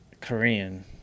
Korean